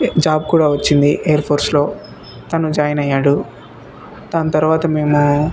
job కూడా వచ్చింది ఎయిర్ఫోర్స్లో తను జాయిన్ అయ్యాడు దాని తర్వాత మేము